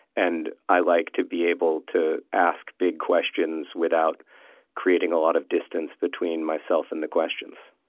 and i like to be able to ask big questions without creating a lot of distance between myself and the questions